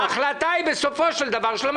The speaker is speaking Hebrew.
אנחנו חוזרים ופונים,